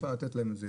אפשר לתת להם את זה,